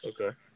okay